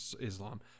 Islam